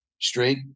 straight